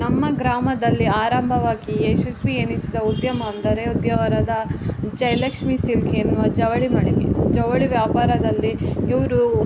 ನಮ್ಮ ಗ್ರಾಮದಲ್ಲಿ ಆರಂಭವಾಗಿ ಯಶಸ್ವಿ ಎನಿಸಿದ ಉದ್ಯಮ ಅಂದರೆ ಉದ್ಯಾವರದ ಜಯಲಕ್ಷ್ಮಿ ಸಿಲ್ಕ್ ಎನ್ನುವ ಜವಳಿ ಮಳಿಗೆ ಜವಳಿ ವ್ಯಾಪಾರದಲ್ಲಿ ಇವರು